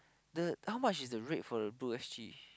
the how much is the rate for the two S_G